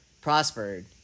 prospered